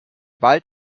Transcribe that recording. wald